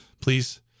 Please